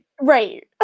Right